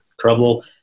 trouble